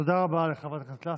תודה רבה לחברת הכנסת לסקי.